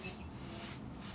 what type of person are you